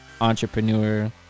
entrepreneur